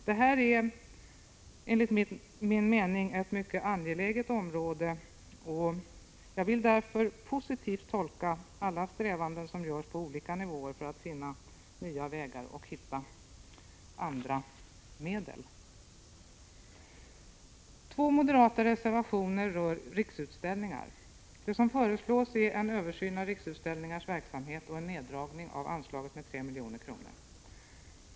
Det är enligt min uppfattning ett mycket angeläget område, och jag vill därför tolka de strävanden positivt som görs på olika nivåer för att finna nya vägar och hitta andra medel. Två moderata reservationer rör Riksutställningar. Det som föreslås är en översyn av Riksutställningars verksamhet och neddragning av anslaget med 3 milj.kr.